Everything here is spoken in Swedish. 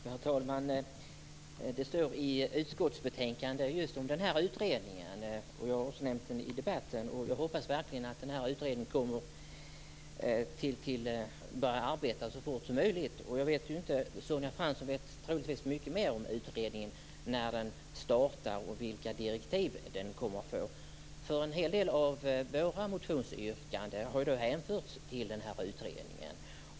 Herr talman! Den här utredningen omnämns i utskottsbetänkandet, och jag har också nämnt den i debatten. Jag hoppas verkligen att den utredningen börjar arbeta så fort som möjligt. Sonja Fransson vet troligtvis mycket mer än jag om utredningen - när den ska starta och vilka direktiv den kommer att få. En hel del av våra motionsyrkanden har hänförts till den här utredningen.